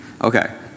Okay